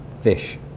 fish